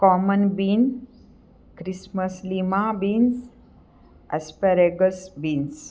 common bean christmas lima beans asparagus beans